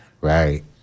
Right